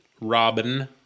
Robin